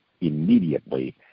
immediately